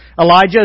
Elijah